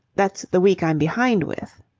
that's the week i'm behind with.